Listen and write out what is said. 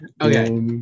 Okay